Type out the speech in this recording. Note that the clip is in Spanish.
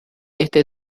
este